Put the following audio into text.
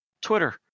twitter